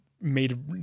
made